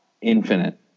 infinite